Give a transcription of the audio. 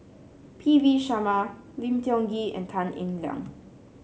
P V Sharma Lim Tiong Ghee and Tan Eng Liang